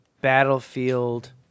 Battlefield